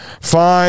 fine